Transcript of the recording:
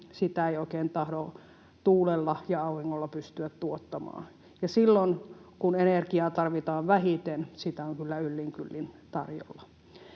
eniten, sitä ei oikein tahdo tuulella ja auringolla pystyä tuottamaan, ja silloin kun energiaa tarvitaan vähiten, sitä on kyllä yllin kyllin tarjolla.